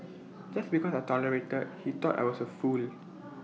just because I tolerated he thought I was A fool